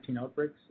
outbreaks